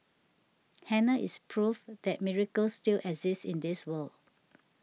Hannah is proof that miracles still exist in this world